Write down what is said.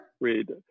read